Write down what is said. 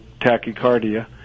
tachycardia